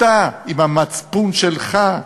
אתה, עם המצפון שלך,